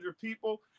people